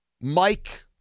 Mike